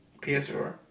PS4